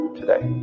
today